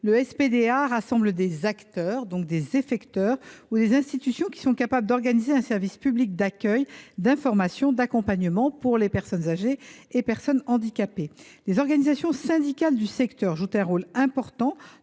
Le SPDA rassemble les acteurs – les « effecteurs »– et les institutions qui sont capables d’organiser un service public d’accueil, d’information et d’accompagnement pour les personnes âgées et handicapées. Les organisations syndicales du secteur jouent un rôle important,